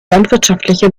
landwirtschaftliche